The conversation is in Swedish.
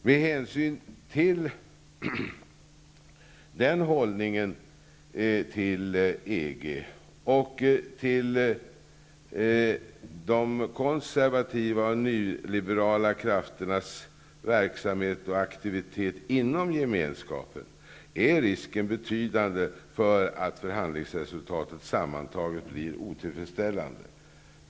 Med hänsyn till den hållningen till EG och till de konservativa och nyliberala krafternas verksamhet och aktivitet inom gemenskapen, är risken betydande att förhandlingsresultatet sammantaget blir otillfredsställande.